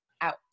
out